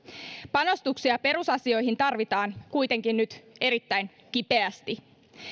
panostuksia perusasioihin tarvitaan kuitenkin nyt erittäin kipeästi